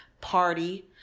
party